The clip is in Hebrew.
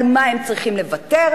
על מה הם צריכים לוותר?